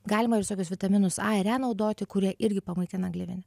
galima visokius vitaminus a ir e naudoti kurie irgi pamaitina gleivinę